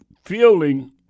Feeling